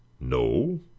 no